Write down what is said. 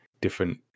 different